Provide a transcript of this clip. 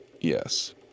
Yes